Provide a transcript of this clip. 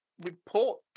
report